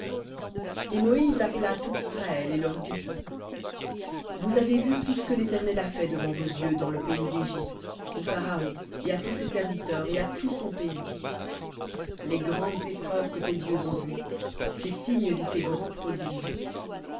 et moïse appela tout israël et leur dit vous avez vu tout ce que l'éternel a fait devant vos yeux dans le pays d'égypte au pharaon et à tous ses serviteurs et à tout son pays les grandes épreuves que tes yeux ont vues ces signes et ces grands prodiges